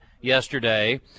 yesterday